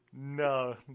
No